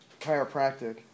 chiropractic